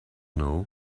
know